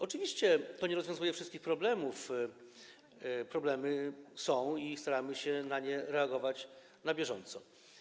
Oczywiście nie rozwiązuje to wszystkich problemów, one są i staramy się na nie reagować na bieżąco.